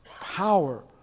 power